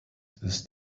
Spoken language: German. ist